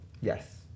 Yes